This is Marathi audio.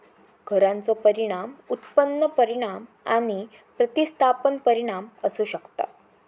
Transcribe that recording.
करांचो परिणाम उत्पन्न परिणाम आणि प्रतिस्थापन परिणाम असू शकतत